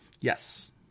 Yes